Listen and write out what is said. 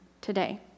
today